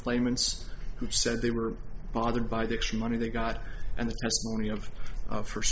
claimants who said they were bothered by the extra money they got and